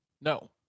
No